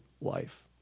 life